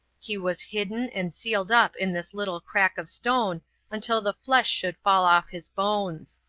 he was hidden and sealed up in this little crack of stone until the flesh should fall off his bones.